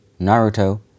Naruto